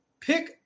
pick